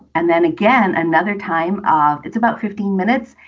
and then again, another time. ah it's about fifteen minutes.